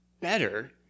better